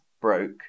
broke